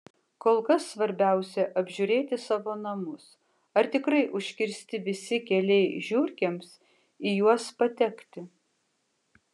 kol kas svarbiausia apžiūrėti savo namus ar tikrai užkirsti visi keliai žiurkėms į juos patekti